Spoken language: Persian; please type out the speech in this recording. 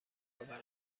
آورم